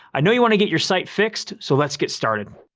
i know you wanna get your site fixed, so let's get started.